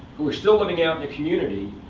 who are still living out in the community,